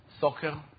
soccer